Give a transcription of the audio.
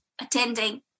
attending